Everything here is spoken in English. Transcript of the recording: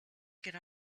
could